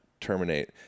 terminate